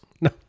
No